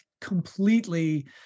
completely